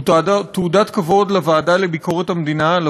הוא תעודת כבוד לוועדה לביקורת המדינה על